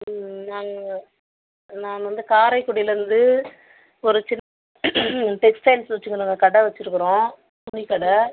ம் நானு நான் வந்து காரைக்குடியிலேந்து ஒரு சின் டெக்ஸ்டைல்ஸ் வச்சுக்குறோங்க கடை வச்சுருக்குறோம் துணிக்கடை